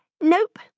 Nope